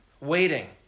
waiting